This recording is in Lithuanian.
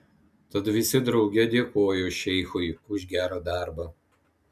tad visi drauge dėkojo šeichui už gerą darbą